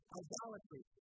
idolatry